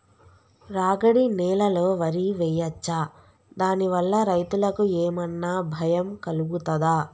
రాగడి నేలలో వరి వేయచ్చా దాని వల్ల రైతులకు ఏమన్నా భయం కలుగుతదా?